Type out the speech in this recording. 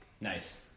Nice